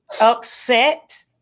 upset